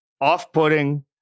off-putting